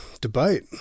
debate